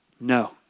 No